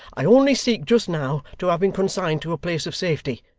i only seek, just now, to have him consigned to a place of safety.